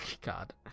God